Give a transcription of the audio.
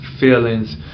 Feelings